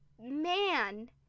man